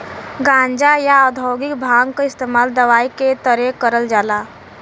गांजा, या औद्योगिक भांग क इस्तेमाल दवाई के तरे करल जाला